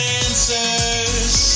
answers